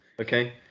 Okay